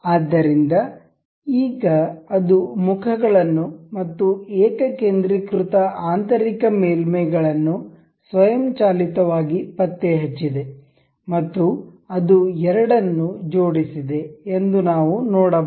ಆದ್ದರಿಂದ ಈಗ ಅದು ಮುಖಗಳನ್ನು ಮತ್ತು ಏಕಕೇಂದ್ರೀಕೃತ ಆಂತರಿಕ ಮೇಲ್ಮೈಗಳನ್ನು ಸ್ವಯಂಚಾಲಿತವಾಗಿ ಪತ್ತೆಹಚ್ಚಿದೆ ಮತ್ತು ಅದು ಎರಡನ್ನು ಜೋಡಿಸಿದೆ ಎಂದು ನಾವು ನೋಡಬಹುದು